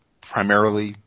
primarily